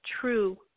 true